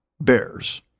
bears